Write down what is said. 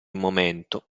momento